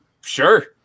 Sure